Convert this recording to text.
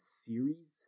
series